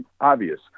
Obvious